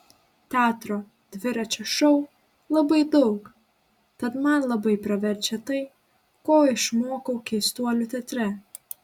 teatro dviračio šou labai daug tad man labai praverčia tai ko išmokau keistuolių teatre